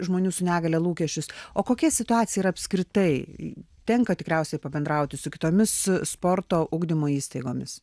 žmonių su negalia lūkesčius o kokia situacija yra apskritai tenka tikriausiai pabendrauti su kitomis sporto ugdymo įstaigomis